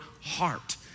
heart